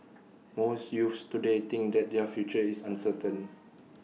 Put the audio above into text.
most youths today think that their future is uncertain